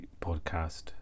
podcast